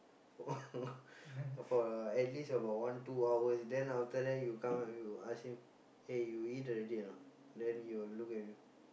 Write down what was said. for at least about one two hours then after that you come and you ask him eh you eat already or not then he will look at you